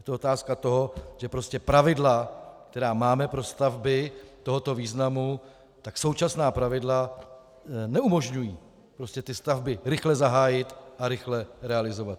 Je to otázka toho, že prostě pravidla, která máme pro stavby tohoto významu, současná pravidla neumožňují ty stavby rychle zahájit a rychle realizovat.